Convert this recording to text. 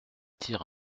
tire